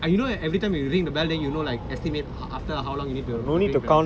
and you know everytime you ring the bell then you know like estimate after how long you need to ring right